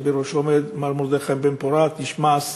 שבראשו עומד מר מרדכי בן-פורת, איש מעש,